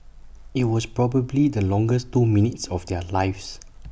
IT was probably the longest two minutes of their lives